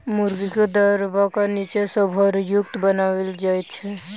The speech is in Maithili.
मुर्गीक दरबा नीचा सॅ भूरयुक्त बनाओल जाइत छै